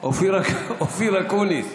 אופיר אקוניס,